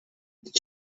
did